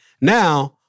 Now-